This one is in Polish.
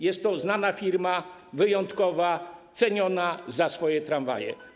Jest to znana firma, wyjątkowa, ceniona za swoje tramwaje.